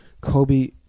Kobe